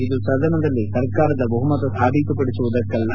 ಇದು ಸದನದಲ್ಲಿ ಸರ್ಕಾರದ ಬಹುಮತ ಸಾಬೀತುಪಡಿಸುವದಕ್ಕಲ್ಲ